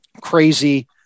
crazy